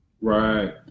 right